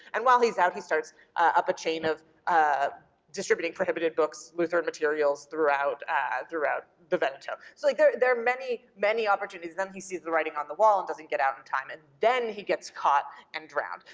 and while he's out, he starts up a chain of ah distributing prohibited books, lutheran materials throughout throughout the veneto. so like there are many, many opportunities. then he sees the writing on the wall and doesn't get out in time and then he gets caught and drowned.